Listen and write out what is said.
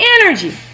energy